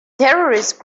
terrorist